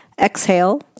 exhale